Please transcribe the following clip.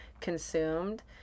consumed